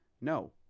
No